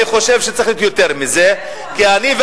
ואני חושב שצריך להיות יותר מזה,